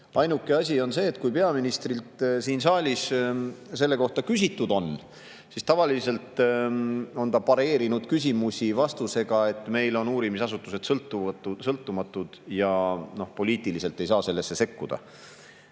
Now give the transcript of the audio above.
Ainuke asi on see, et kui peaministrilt siin saalis selle kohta küsitud on, siis tavaliselt on ta pareerinud küsimusi vastusega, et meil on uurimisasutused sõltumatud ja poliitiliselt ei saa sellesse sekkuda.